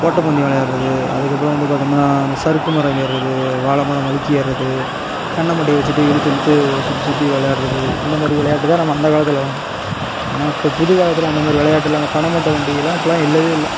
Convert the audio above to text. ஓட்டப்பந்தயம் விளையாடுறது அதற்கப்பறம் வந்து பார்த்தோம்னா இந்த சருக்கு மரம் ஏர்றது வாழைமரம் வழுக்கி ஏர்றது தென்னை மட்டையை வச்சுட்டு இழுத்து இழுத்து சுற்றி சுற்றி விளையாட்றது இந்த மாரி விளையாட்டு தான் நம்ம அந்த காலத்தில் விளையாண்டோம் ஆனால் இப்போ புது காலத்தில் அந்த மேரி விளையாட்டுலாம் பனைமட்ட வண்டியலாம் இப்போலாம் இல்லவே இல்லை